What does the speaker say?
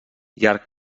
llarg